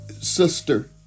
sister